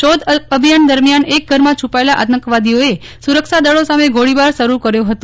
શોધ અભિયાન દરમિયાન એક ધરમાં છુપાયેલા આતંકવાદીઓએ સુરક્ષાદળો સામે ગોળીબાર શરૂ કર્યો ફતો